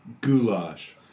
goulash